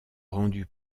rendue